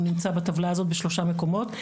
הוא נמצא בטבלה הזאת בשלושה מקומות.